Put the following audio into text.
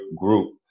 group